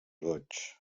goigs